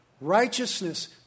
righteousness